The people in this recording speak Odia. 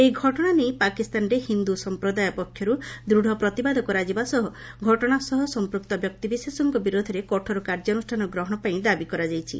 ଏହି ଘଟଣା ନେଇ ପାକିସ୍ତାନରେ ହିନ୍ଦୁ ସମ୍ପ୍ରଦାୟ ପକ୍ଷରୁ ଦୃଢ଼ ପ୍ରତିବାଦ କରାଯିବା ସହ ଘଟଣା ସହ ସମ୍ପୂକ୍ତ ବ୍ୟକ୍ତିବିଶେଷଙ୍କ ବିରୋଧରେ କଠୋର କାର୍ଯ୍ୟାନୁଷ୍ଠାନ ଗ୍ରହଣ ପାଇଁ ଦାବି କରାଯାଇଛି